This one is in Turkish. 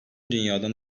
dünyadan